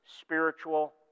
spiritual